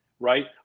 Right